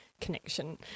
connection